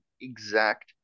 exact